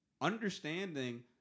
Understanding